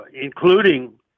including